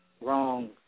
wrong